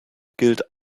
gilt